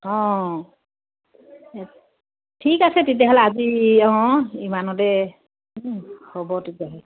অঁ ঠিক আছে তেতিয়াহ'লে আজি অঁ ইমানতে হ'ব তেতিয়াহ'লে